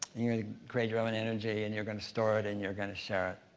and you're gonna create your own and energy, and you're gonna store it and you're gonna share it.